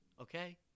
okay